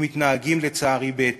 ומתנהגים, לצערי, בהתאם: